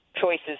choices